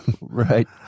Right